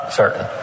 certain